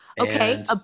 Okay